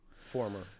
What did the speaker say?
former